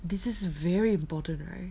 this is very important right